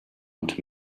und